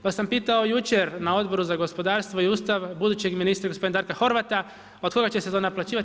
Pa sam pitao jučer na Odboru za gospodarstvo i Ustav, budućeg ministra gospodina Darka Horvata od koga će se to naplaćivati?